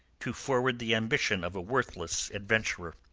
to forward the ambition of a worthless adventurer.